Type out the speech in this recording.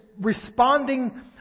responding